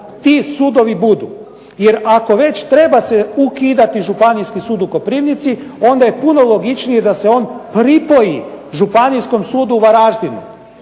ti sudovi budu. Jer ako se već treba ukidati Županijski sud u Koprivnici, onda je puno logičnije da se on pripoji Županijskom sudu u VAraždinu